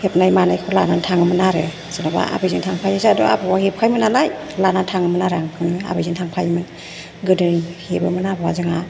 हेबनाय मानायखौ लानानै थाङोमोन आरो जेन'बा आबैजों थांफायो जोंहाथ' आबौआ हेबखायोमोन नालाय लानानै थाङोमोन आरो आं बेखौनो आबैजों थांफायोमोन गोदो हेबेमोन आबौआ जोंहा